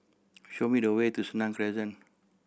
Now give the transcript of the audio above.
show me the way to Senang Crescent